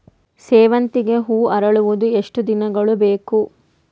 ಸೇವಂತಿಗೆ ಹೂವು ಅರಳುವುದು ಎಷ್ಟು ದಿನಗಳು ಬೇಕು?